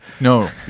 No